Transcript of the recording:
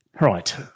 right